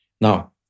Now